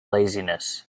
laziness